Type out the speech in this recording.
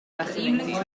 wrestling